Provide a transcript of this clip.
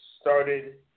started